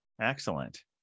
Excellent